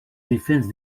defense